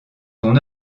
ton